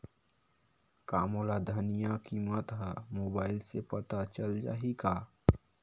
का मोला धनिया किमत ह मुबाइल से पता चल जाही का?